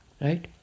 Right